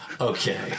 Okay